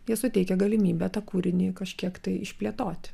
jie suteikia galimybę tą kūrinį kažkiek tai išplėtoti